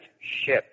ship